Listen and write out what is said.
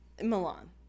Milan